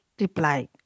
reply